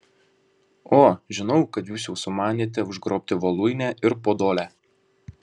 o žinau kad jūs jau sumanėte užgrobti voluinę ir podolę